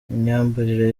imyambarire